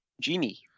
Genie